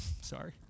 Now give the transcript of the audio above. Sorry